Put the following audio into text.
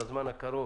בזמן הקרוב